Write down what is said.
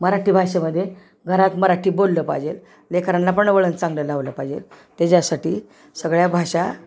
मराठी भाषेमध्ये घरात मराठी बोललं पाहिजेल लेकरांना पण वळण चांगलं लावलं पाहिजेल त्याच्यासाठी सगळ्या भाषा